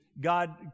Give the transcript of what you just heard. god